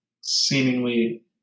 seemingly